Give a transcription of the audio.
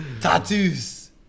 tattoos